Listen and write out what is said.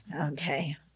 okay